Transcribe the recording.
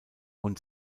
und